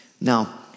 Now